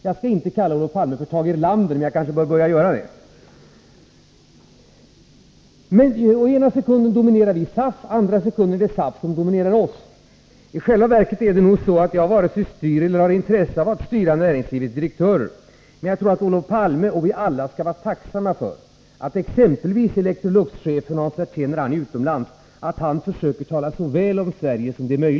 Jag har inte kallat Olof Palme för Tage Erlander, men jag bör kanske börja göra det. Ena sekunden dominerar vi SAF. Andra sekunden är det SAF som dominerar oss. I själva verket varken styr jag eller har jag intresse av att styra näringslivets direktörer. Jag tror att Olof Palme och vi alla skall vara tacksamma för att exempelvis Electroluxchefen Hans Werthén när han är utomlands försöker tala så väl om Sverige som det är möjligt.